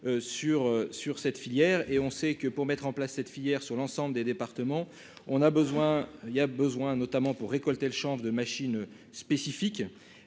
sur cette filière et on sait que pour mettre en place cette filière sur l'ensemble des départements, on a besoin, il y a besoin, notamment pour récolter le Champ de machines spécifiques,